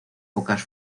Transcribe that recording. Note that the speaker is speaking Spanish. pocas